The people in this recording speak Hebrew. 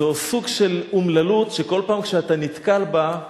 זה סוג של אומללות שכל פעם כשאתה נתקל בה,